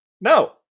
no